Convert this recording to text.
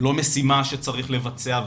לא משימה שצריך לבצע,